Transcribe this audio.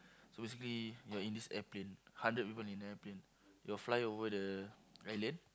so basically you're in this airplane hundred people in airplane you'll fly over the island